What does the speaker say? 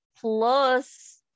plus